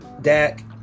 Dak